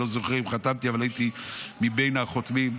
אני לא זוכר אם חתמתי, אבל הייתי מבין החותמים.